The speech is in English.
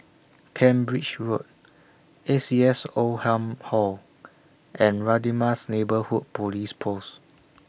Cambridge Road A C S Oldham Hall and Radin Mas Neighbourhood Police Post